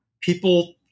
people